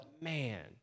man